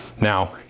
Now